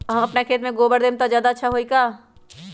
हम अपना खेत में गोबर देब त ज्यादा अच्छा होई का?